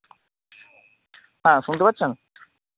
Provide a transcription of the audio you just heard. হ্যাঁ শুনতে পাচ্ছেন